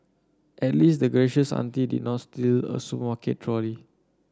at least the gracious auntie did not steal a supermarket trolley